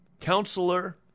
Counselor